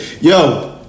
Yo